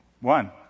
One